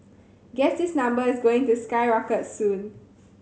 guess this number is going to skyrocket soon